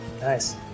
nice